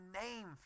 name